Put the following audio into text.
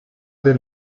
del